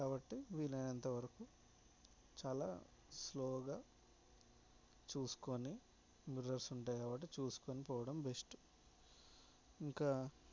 కాబట్టి వీలైనంత వరకు చాలా స్లోగా చూసుకొని మిర్రర్స్ ఉంటాయి కాబట్టి చూసుకొని పోవడం బెస్ట్ ఇంకా